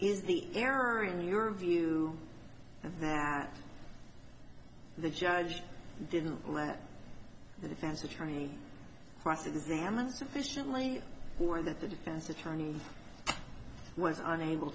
is the error in your view that the judge didn't let the defense attorney cross examined sufficiently aware that the defense attorney was unable